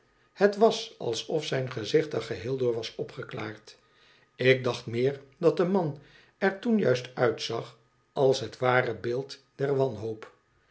het was alsof zijn gezicht er gehool door was opgeklaard ik dacht meer dat de man er toen juist uitzag als het ware beeld der wanhoop